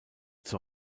zur